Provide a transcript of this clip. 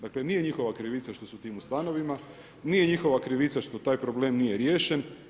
Dakle, nije njihova krivica što su u tim stanovima, nije njihova krivica što taj problem nije riješen.